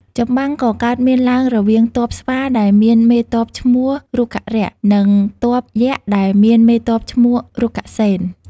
ចម្បាំង ក៏កើតមានឡើងរវាងទ័ព ស្វាដែលមានមេទ័ពឈ្មោះ រុក្ខរក្ស និងទ័ពយក្សដែលមានមេទ័ពឈ្មោះ រុក្ខសេន។